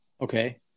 Okay